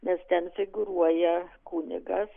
nes ten figūruoja kunigas